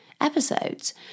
episodes